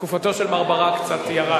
בתקופתו של מר ברק קצת ירד.